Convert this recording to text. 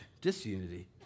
disunity